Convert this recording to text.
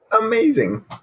amazing